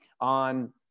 on